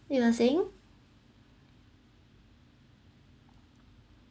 you are saying